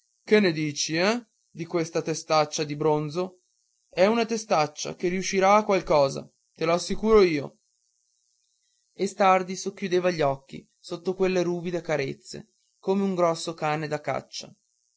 che ne dici eh di questa testaccia di bronzo e una testaccia che riuscirà a qualcosa te lo assicuro io e stardi socchiudeva gli occhi sotto quelle ruvide carezze come un grosso cane da caccia